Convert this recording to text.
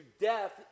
death